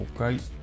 Okay